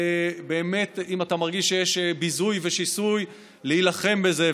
באמת, אם אתה מרגיש שיש ביזוי ושיסוי, להילחם בזה.